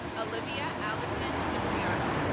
olivia allison cipriano